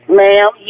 ma'am